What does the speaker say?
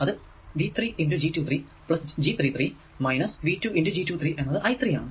അത് V 3 G 2 3 plus G 3 3 minus V 2 G 2 3 എന്നത് I 3 ആണ്